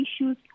issues